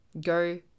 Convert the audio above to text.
Go